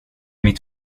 mitt